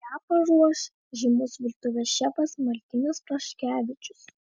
ją paruoš žymus virtuvės šefas martynas praškevičius